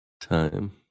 time